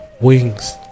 Wings